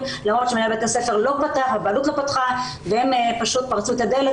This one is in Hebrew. למרות שמנהל בית הספר לא פתח והם פשוט פרצו את הדלת.